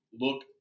look